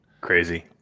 Crazy